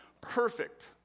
perfect